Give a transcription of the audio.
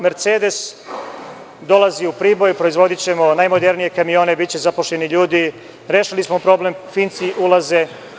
Mercedes dolazi u Priboj, proizvodićemo najmodernije kamione, biće zaposleni ljudi, rešili smo problem, Finci ulaze.